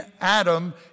Adam